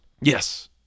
Yes